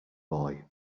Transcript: boy